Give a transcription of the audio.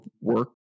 work